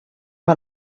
man